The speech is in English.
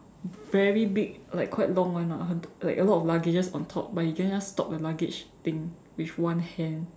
very big like quite long [one] ah like a lot of luggage just on top but you can just stop the luggage thing with one hand